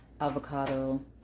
avocado